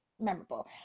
memorable